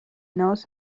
knows